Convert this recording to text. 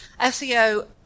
SEO